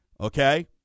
Okay